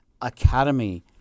Academy